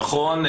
נכון.